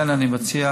אני חושב